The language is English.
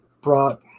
brought